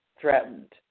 threatened